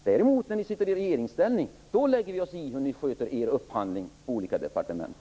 Däremot när ni sitter i regeringsställning lägger vi oss i hur ni sköter er upphandling på olika departement.